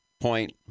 point